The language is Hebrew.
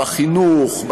בחינוך,